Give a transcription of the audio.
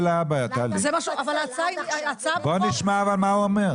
בואו נשמע מה הוא אומר.